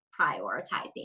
prioritizing